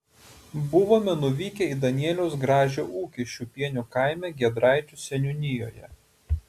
buvome nuvykę į danieliaus gražio ūkį šiupienių kaime giedraičių seniūnijoje